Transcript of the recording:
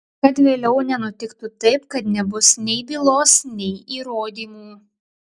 kad vėliau nenutiktų taip kad nebus nei bylos nei įrodymų